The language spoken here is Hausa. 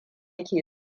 ke